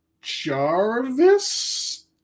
Jarvis